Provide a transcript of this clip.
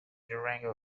durango